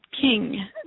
King